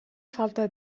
falta